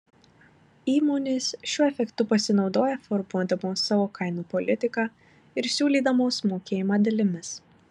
įmonės šiuo efektu pasinaudoja formuodamos savo kainų politiką ir siūlydamos mokėjimą dalimis